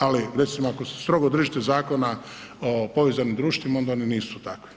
Ali recimo ako se strogo držite Zakona o povezanim društvima onda oni nisu takvi.